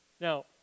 Now